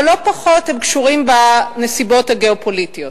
אבל לא פחות הם קשורים בנסיבות הגיאו-פוליטיות.